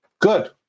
good